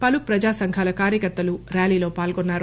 పలు ప్రజా సంఘాల కార్యకర్తలు ర్యాలీలో పాల్గొన్నారు